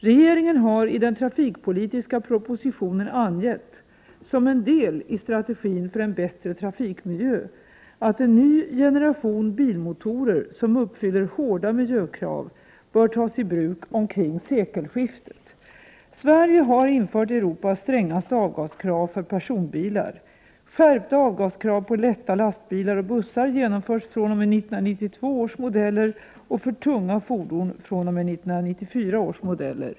Regeringen har i den trafikpolitiska propositionen angett — som en del i strategin för en bättre trafikmiljö — att en ny generation bilmotorer, som uppfyller hårda miljökrav, bör tas i bruk omkring sekelskiftet. Sverige har infört Europas strängaste avgaskrav för personbilar. Skärpta avgaskrav på lätta lastbilar och bussar genomförs fr.o.m. 1992 års modeller och för tunga fordon fr.o.m. 1994 års modeller.